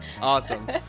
Awesome